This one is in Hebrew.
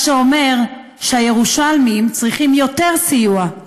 מה שאומר שהירושלמים צריכים יותר סיוע,